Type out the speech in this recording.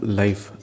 life